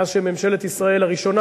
מאז הביאה אותם לשם ממשלת ישראל הראשונה,